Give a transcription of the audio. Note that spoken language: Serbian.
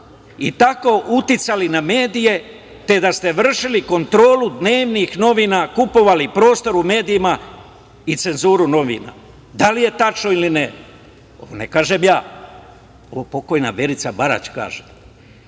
i tako uticali na medije, te da ste vršili kontrolu dnevnih novina, kupovali prostor u medijima i cenzuru novina? Da li je tačno ili ne? To ne kažem ja, to pokojna Verica Barać kaže.